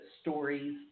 stories